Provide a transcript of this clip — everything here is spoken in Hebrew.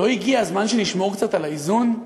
לא הגיע הזמן שנשמור קצת על האיזון?